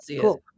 Cool